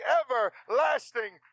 everlasting